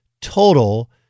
total